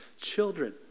Children